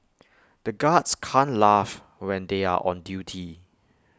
the guards can't laugh when they are on duty